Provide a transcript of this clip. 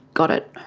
got it.